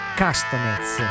castanets